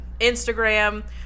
Instagram